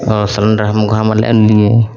अँ cylinder हम गाममे लै आनलिए